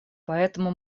поэтому